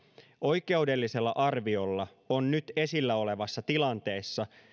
oikeudellisella arviolla on nyt esillä olevassa tilanteessa